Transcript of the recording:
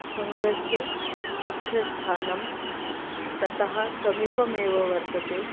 सङ्घस्य मुख्यस्थानं ततः समीपमेव वर्तते